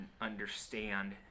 understand